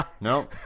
no